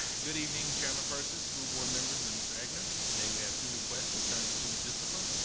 good evening chairman persis, school board members, and mr. egnor. today we have two requests concerning student discipline.